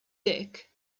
dick